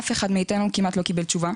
אף אחד מאתנו כמעט לא קיבל תשובה.